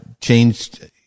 changed